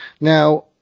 Now